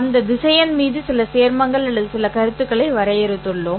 அந்த திசையன் மீது சில சேர்மங்கள் அல்லது சில கருத்துக்களை வரையறுத்துள்ளோம்